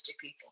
people